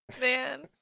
Man